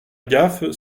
gaffe